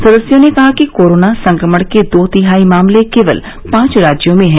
सदस्यों ने कहा कि कोरोना संक्रमण के दो तिहाई मामले केवल पांच राज्यों में हैं